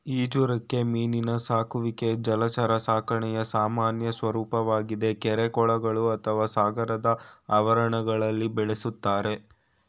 ಈಜುರೆಕ್ಕೆ ಮೀನಿನ ಸಾಕುವಿಕೆ ಜಲಚರ ಸಾಕಣೆಯ ಸಾಮಾನ್ಯ ಸ್ವರೂಪವಾಗಿದೆ ಕೆರೆ ಕೊಳಗಳು ಅಥವಾ ಸಾಗರದ ಆವರಣಗಳಲ್ಲಿ ಬೆಳೆಸ್ತಾರೆ